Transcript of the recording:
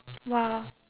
!wow!